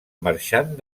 marxant